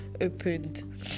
opened